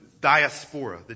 diaspora